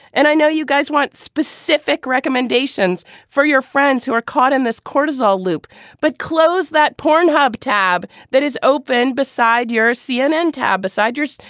and i know you guys want specific recommendations for your friends who are caught in this cortisol loop but close that pornhub tab that is open beside your cnn tab beside yours.